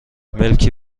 ملکی